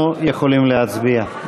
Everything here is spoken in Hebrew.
אנחנו יכולים להצביע.